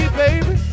baby